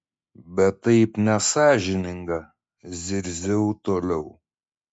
bet taip nesąžininga zirziau toliau